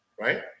right